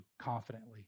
confidently